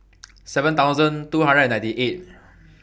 seven thousand two hundred and ninety eight